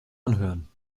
anhören